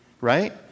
right